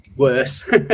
worse